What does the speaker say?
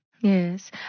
Yes